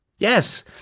Yes